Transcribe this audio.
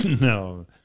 No